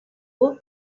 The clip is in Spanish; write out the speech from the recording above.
voz